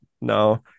no